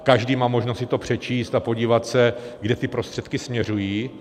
Každý má možnost si to přečíst a podívat se, kam ty prostředky směřují.